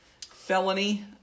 felony